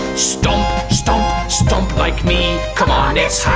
stomp. stomp. stomp like me. come on, it's